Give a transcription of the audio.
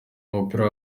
w’umupira